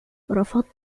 رفضت